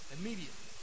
Immediately